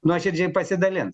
nuoširdžiai pasidalins